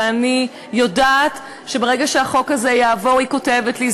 ואני יודעת שברגע שהחוק הזה יעבור" היא כותבת לי,